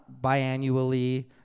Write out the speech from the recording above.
biannually